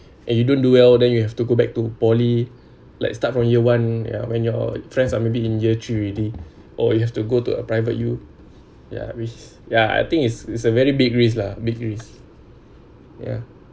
and you don't do well then you have to go back to poly like start from year one ya when your friends are maybe in year three already or you have to go to a private u ya which is ya I think is it's a very big risk lah big risk ya